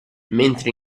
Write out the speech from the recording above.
mentre